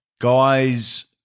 guys